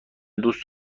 دوست